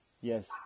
Yes